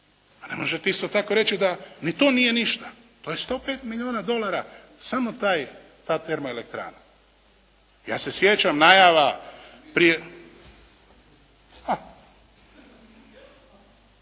ne možete isto tako reći da ni to nije ništa. To je 105 milijuna dolara samo ta termoelektrana. Ja se sjećam najava prije.